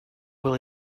will